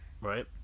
Right